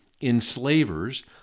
enslavers